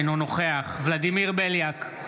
אינו נוכח ולדימיר בליאק,